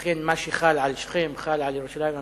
לכן, מה שחל על שכם חל על ירושלים המזרחית,